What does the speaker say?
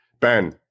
Ben